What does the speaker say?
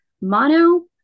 mono